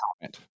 comment